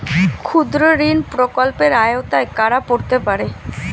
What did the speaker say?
ক্ষুদ্রঋণ প্রকল্পের আওতায় কারা পড়তে পারে?